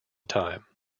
time